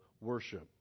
worship